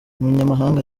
umunyamahanga